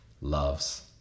loves